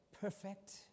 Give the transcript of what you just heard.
perfect